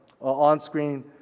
on-screen